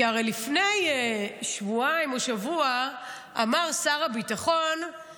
כי הרי לפני שבועיים או שבוע אמר שר הביטחון,